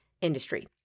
industry